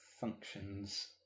functions